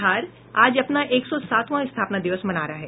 बिहार आज अपना एक सौ सातवां स्थापना दिवस मना रहा है